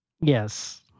Yes